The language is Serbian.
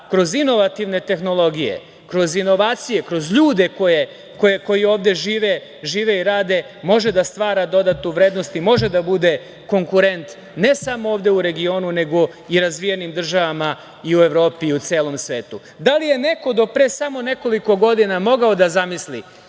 kroz inovativne tehnologije, kroz inovacije, kroz ljude koji ovde žive i rade, može da stvara dodatnu vrednost i može da bude konkurent ne samo ovde u regionu, nego i u razvijenim državama i u Evropi i celom svetu. Da li je neko do pre samo nekoliko godina mogao da zamisli